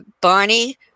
Barney